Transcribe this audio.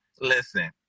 listen